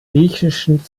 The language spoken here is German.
griechischen